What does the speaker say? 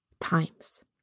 times